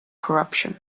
corruption